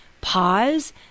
pause